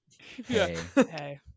Hey